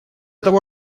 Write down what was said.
того